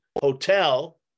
hotel